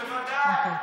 בוודאי.